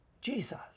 Jesus